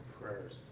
prayers